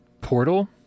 Portal